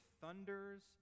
thunders